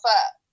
up